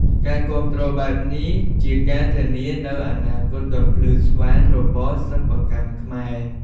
ការគាំទ្របែបនេះ ជាការធានានូវអនាគតដ៏ភ្លឺស្វាងសម្រាប់សិប្បកម្មខ្មែរ។